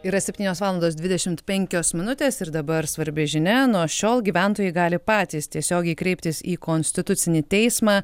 yra septynios valandos dvidešimt penkios minutės ir dabar svarbi žinia nuo šiol gyventojai gali patys tiesiogiai kreiptis į konstitucinį teismą